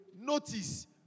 notice